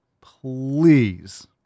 please